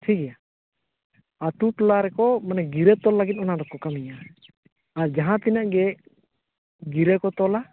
ᱴᱷᱤᱠ ᱜᱮᱭᱟ ᱟᱛᱳ ᱴᱚᱞᱟᱨᱮᱠᱚ ᱢᱟᱱᱮ ᱜᱤᱨᱟᱹ ᱛᱚᱞ ᱞᱟᱹᱜᱤᱫ ᱚᱱᱟ ᱫᱚᱠᱚ ᱠᱟᱹᱢᱤᱭᱟ ᱟᱨ ᱡᱟᱦᱟᱸ ᱛᱤᱱᱟᱹᱜ ᱜᱮ ᱜᱤᱨᱟᱹᱠᱚ ᱛᱚᱞᱟ